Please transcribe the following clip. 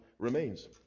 Remains